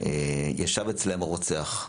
ישב אצלם הרוצח.